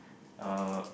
uh